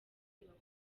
bakumva